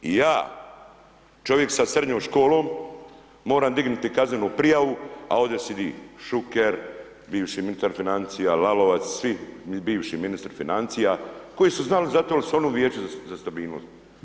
I ja čovjek sa srednjom školom moram dignuti kaznenu prijavu a ovdje sjedi Šuker, bivši ministar financija Lalovac, svi bivši ministri financija koji su znali zato jer su oni u Vijeću za stabilnost.